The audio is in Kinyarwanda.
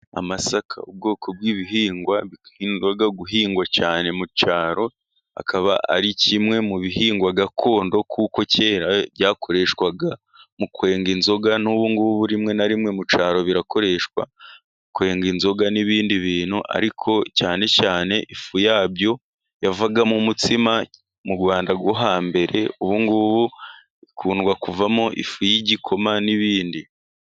Amasaka ubwoko bw'ibihingwa bikunda guhingwa cyane mu cyaro ,akaba ari kimwe mu bihingwa gakondo, kuko kera byakoreshwaga mu kwenga inzoga, n'ubungubu rimwe na rimwe mu cyaro birakoreshwa kwenga inzoga n'ibindi bintu ,ariko cyane cyane ifu yabyo yavagamo umutsima mu Rwanda rwo hambere, ubungubu bikunda kuvamo ifu y'igikoma n'ibindi.